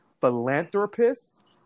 philanthropist